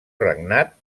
regnat